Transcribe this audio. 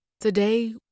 Today